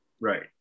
Right